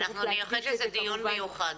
אנחנו נייחד לזה דיון מיוחד.